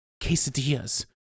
quesadillas